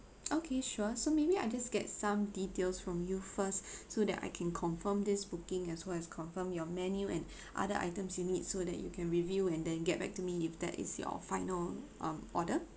okay sure so maybe I just get some details from you first so that I can confirm this booking as well as confirm your menu and other items you need so that you can review and then get back to me if that is your final um order